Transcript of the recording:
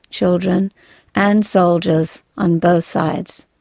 children and soldiers on both sides.